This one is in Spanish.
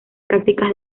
prácticas